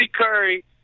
Curry